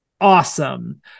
Awesome